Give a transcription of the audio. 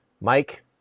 Mike